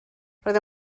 roedd